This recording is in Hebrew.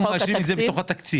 אנחנו מאשרים את זה בתוך התקציב.